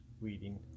weeding